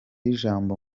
ijambo